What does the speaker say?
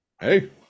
Hey